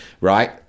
right